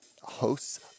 hosts